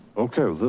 okay.